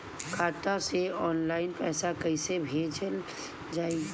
खाता से ऑनलाइन पैसा कईसे भेजल जाई?